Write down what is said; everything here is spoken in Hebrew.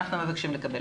אנחנו מבקשים לקבל.